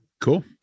cool